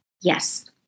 yes